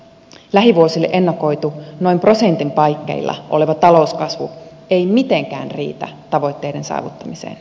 lähivuosille ennakoitu noin prosentin paikkeilla oleva talouskasvu ei mitenkään riitä tavoitteiden saavuttamiseen